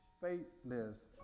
faithless